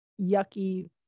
yucky